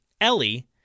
Ellie